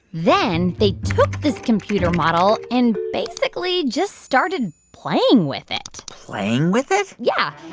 then they took this computer model and basically just started playing with it playing with it? yeah,